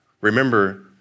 Remember